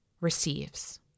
receives